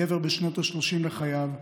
גבר בשנות השלושים לחייו,